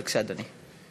בבקשה, אדוני.